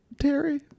Terry